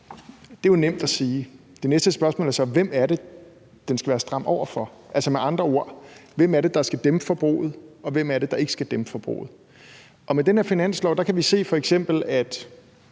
det jo er nemt at sige? Og det næste spørgsmål er så, hvem det er, den skal være stram over for, altså med andre ord hvem det er, der skal dæmpe forbruget, og hvem det er, der ikke skal dæmpe forbruget. Med den her finanslov kan vi f.eks. se, at